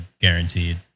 guaranteed